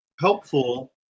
helpful